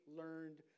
learned